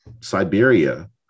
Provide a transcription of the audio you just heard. Siberia